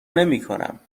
نمیکنم